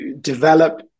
develop